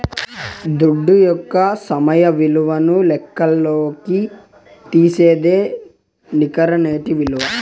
దుడ్డు యొక్క సమయ విలువను లెక్కల్లోకి తీసేదే నికర నేటి ఇలువ